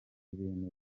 bemeza